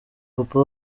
papa